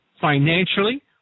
financially